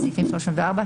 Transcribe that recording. סעיפים 334,